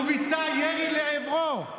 וביצע ירי לעברו.